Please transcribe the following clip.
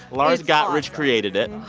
lars gotrich created it.